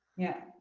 yeah.